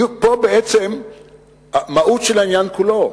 פה בעצם המהות של העניין כולו.